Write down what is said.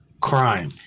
crime